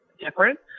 different